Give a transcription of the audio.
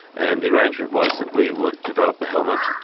and the arrangement was that we would develop the helmet,